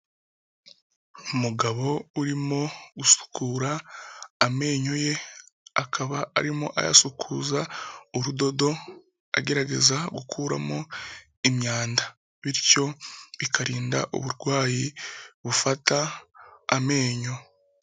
Umugabo urimo gusukura amenyo ye, akaba arimo ayasukuza urudodo agerageza gukuramo imyanda bityo bikarinda uburwayi bufata amenyo.